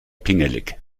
pingelig